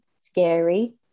scary